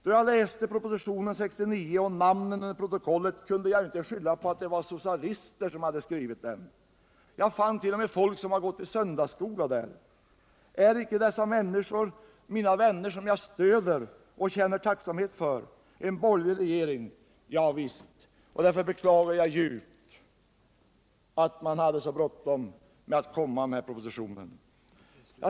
Då jag läste namnen under propositionen 69 kunde jag inte skylla på att det var socialister som skrivit den. Jag fannt.o.m. att det var personer som gått i söndagsskola som skrivit under den. Är icke dessa människor i den borgerliga regeringen, som jag stöder och känner tacksamhet för, mina vänner? Jo, visst! Därför beklagar jag djupt att man hade så bråttom med att framlägga denna proposition.